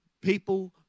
people